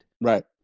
Right